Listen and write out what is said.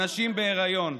הנשים בהיריון.